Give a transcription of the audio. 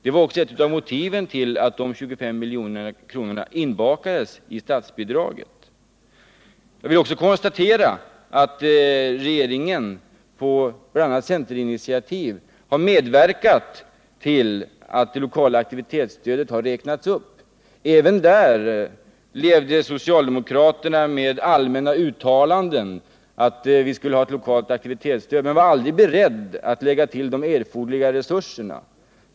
Det var också ett av motiven till att de 25 miljonerna inbakades i statsbidraget. Jag vill också konstatera att regeringen på bl.a. centerinitiativ har medverkat till att det lokala aktivitetsstödet har räknats upp. Även därvidlag levde socialdemokraterna med allmänna uttalanden om att vi skulle ha ett lokalt aktivitetsstöd, men de var aldrig beredda att anvisa de erforderliga resurserna.